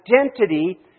identity